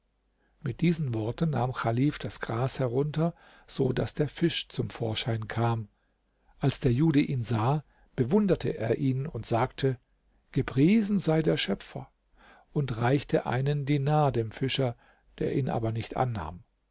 mit diesen worten nahm chalif das gras herunter so daß der fisch zum vorschein kam als der jude ihn sah bewunderte er ihn und sagte gepriesen sei der schöpfer und reichte einen dinar dem fischer der ihn aber nicht annahm